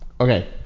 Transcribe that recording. Okay